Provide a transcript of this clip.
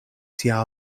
sia